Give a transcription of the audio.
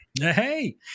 Hey